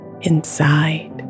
inside